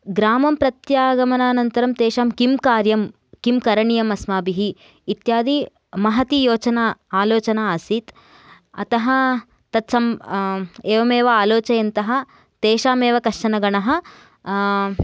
ग्रामं प्रत्यागमनानन्तरं तेषां किं कार्यं किं करणीयम् अस्माभिः इत्यादि महती योचना आलोचना आसीत् अतः तत्सम् एवमेव आलोचयन्तः तेषामेव कश्चनगणः